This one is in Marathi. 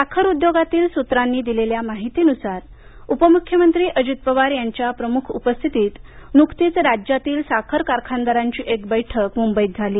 साखर उद्योगातील सूत्रांनी दिलेल्या माहितीनुसार उपमुख्यमंत्री अजित पवार यांच्या प्रमुख उपस्थितीत नुकतीच राज्यातील साखर कारखानदारांची एक बैठक मुंबईत झाली